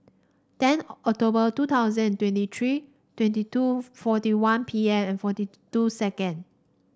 ten October two thousand and twenty three twenty two forty one P M and forty two second